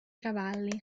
cavalli